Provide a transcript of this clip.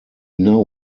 now